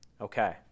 Okay